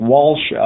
Walsh